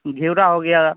घिऊरा हो गया